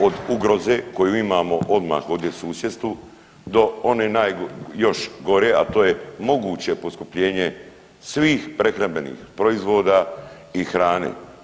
Od ugroze, koju imamo odmah ovdje u susjedstvu do one naj još gore, a to je moguće poskupljenje svih prehrambenih proizvoda i hrane.